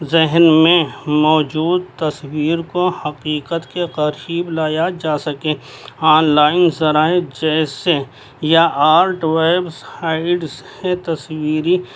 ذہن میں موجود تصویر کو حقیقت کے قریب لایا جا سکے آن لائن ذرائع جیسے یا آرٹ ویب سائٹس ہے تصویری